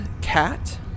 cat